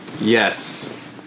Yes